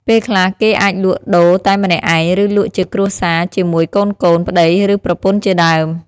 ពេលខ្លះ គេអាចលក់ដូរតែម្នាក់ឯង ឬលក់ជាគ្រួសារជាមួយកូនៗ ប្ដី ឬ ប្រពន្ធជាដើម។